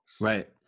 Right